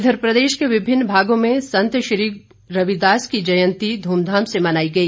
इधर प्रदेश के विभिन्न भागों में संत श्री गुरु रविदास की जयंती ध्रमधाम से मनाई गई